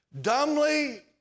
Dumbly